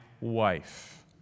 wife